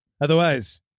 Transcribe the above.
Otherwise